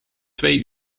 twee